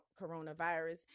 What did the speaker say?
coronavirus